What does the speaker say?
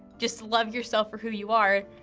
just love yourself for who you are.